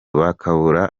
bakabura